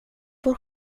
vår